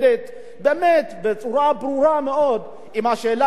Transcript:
ברורה מאוד עם השאלה הזאת של הסתה לגזענות,